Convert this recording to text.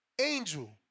Angel